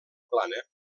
plana